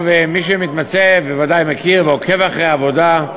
מי שמתמצא בוודאי מכיר ועוקב אחרי העבודה,